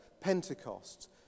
Pentecost